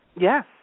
Yes